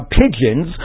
pigeons